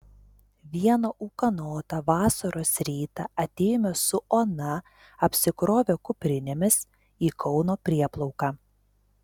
vieną ūkanotą vasaros rytą atėjome su ona apsikrovę kuprinėmis į kauno prieplauką